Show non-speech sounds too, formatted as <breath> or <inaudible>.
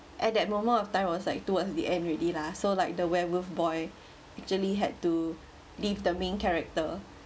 at that moment of time was like towards the end already lah so like the werewolf boy <breath> actually had to leave the main character